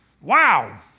Wow